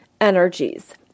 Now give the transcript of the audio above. energies